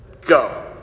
Go